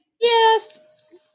Yes